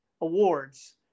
awards